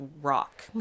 rock